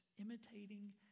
Imitating